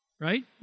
Right